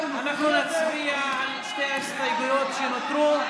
אנחנו נצביע על שתי ההסתייגויות שנותרו.